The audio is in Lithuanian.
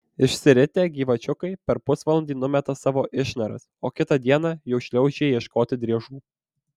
išsiritę gyvačiukai per pusvalandį numeta savo išnaras o kitą dieną jau šliaužia ieškoti driežų